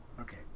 Okay